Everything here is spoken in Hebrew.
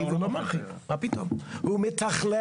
הוא לא מרחיב, מה פתאום, הוא מתכלל.